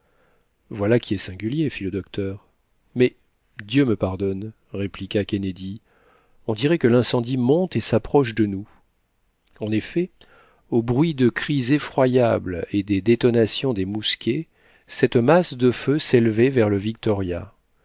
voilà qui est singulier fit le docteur mais dieu me pardonne répliqua kennedy on dirait que l'incendie monte et s'approche de nous en effet au bruit de cris effroyables et des détonations des mousquets cette masse de feu s'élevait vers le victoria